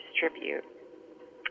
distribute